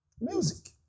Music